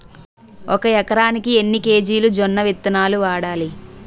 ఒక ఎకరానికి ఎన్ని కేజీలు జొన్నవిత్తనాలు వాడాలి?